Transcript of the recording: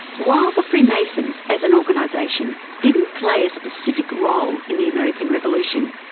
while the freemasons as an organisation didn't play a specific role in the american revolution,